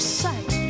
sight